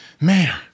mayor